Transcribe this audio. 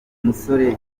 musore